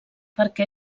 perquè